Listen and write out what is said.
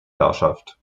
herrschaft